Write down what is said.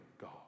God